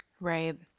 right